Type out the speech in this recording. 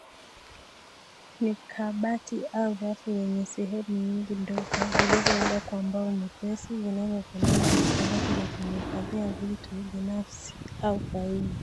Ni kabati au rafu yenye sehemu nyingi ndogo zilizo undead kwa mbao nyepesi zinazo fanana na kabati ya kuifadhia vitu binafsi au faili.